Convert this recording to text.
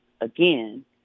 again